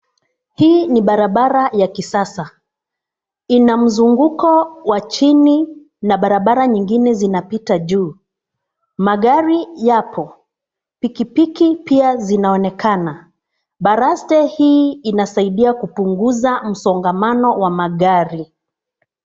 Hii ni barabara ya kisasa, ina mzunguko wa chini na barabara nyingine zinapita juu. Magari yapo, pikipiki pia zinaonekana. Baraste hii inasaidia kupunguza msongamano wa magari.